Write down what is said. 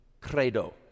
credo